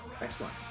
Excellent